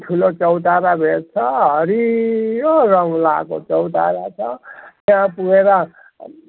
ठुलो चौतारा भेट्छ हरियो रङ लगाएको चौतारा छ त्यहाँ पुगेर